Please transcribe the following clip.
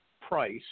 price